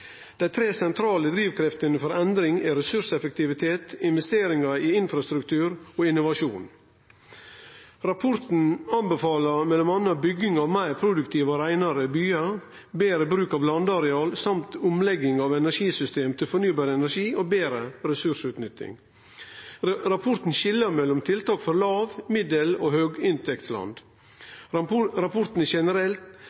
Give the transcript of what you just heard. Dei tre sentrale drivkreftene for endring er ressurseffektivitet, investeringar i infrastruktur og innovasjon. Rapporten anbefaler m.a. bygging av meir produktive og reinare byar, betre bruk av landareal og omlegging av energisystem til fornybar energi og betre ressursutnytting. Rapporten skil mellom tiltak for låg-, middels- og